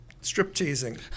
strip-teasing